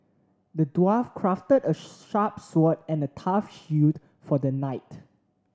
the dwarf crafted a sharp sword and a tough for the knight